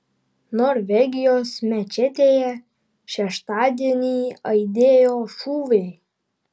norvegijos mečetėje šeštadienį aidėjo šūviai